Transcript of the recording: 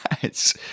Yes